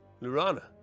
Lurana